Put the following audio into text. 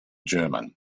german